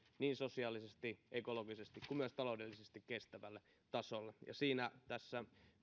niin sosiaalisesti ekologisesti kuin myös taloudellisesti kestävälle tasolle ja siinä tässä